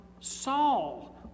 Saul